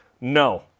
No